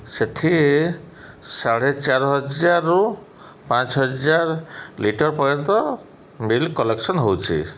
ସେଇଠି ସାଢ଼େ ଚାର ହଜାରରୁ ପାଞ୍ଚ ହଜାର ଲିଟର୍ ପର୍ଯ୍ୟନ୍ତ ମିଲ୍କ୍ କଲେକ୍ସନ୍ ହେଉଛିି